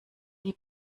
die